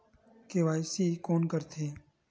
KYC कोन करथे?